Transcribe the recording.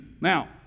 Now